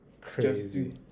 Crazy